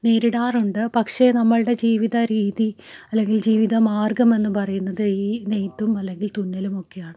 നേരിടാറുണ്ട് പക്ഷെ നമ്മളുടെ ജീവിതരീതി അല്ലെങ്കിൽ ജീവിതമാർഗ്ഗം എന്നു പറയുന്നത് ഈ നെയ്ത്തും അല്ലെങ്കിൽ തുന്നിലുമൊക്കെയാണ്